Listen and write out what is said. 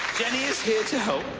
jennie is here to help.